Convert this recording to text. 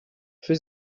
für